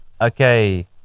Okay